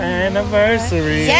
anniversary